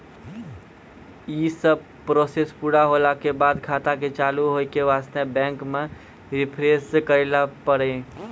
यी सब प्रोसेस पुरा होला के बाद खाता के चालू हो के वास्ते बैंक मे रिफ्रेश करैला पड़ी?